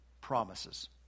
promises